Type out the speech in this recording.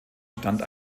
stand